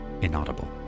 Inaudible